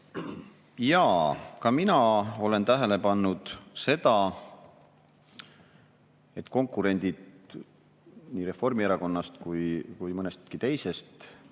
Jaa, ka mina olen tähele pannud seda, et konkurendid nii Reformierakonnast kui ka mõnestki teisest